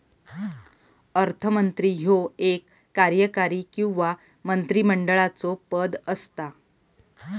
अर्थमंत्री ह्यो एक कार्यकारी किंवा मंत्रिमंडळाचो पद असता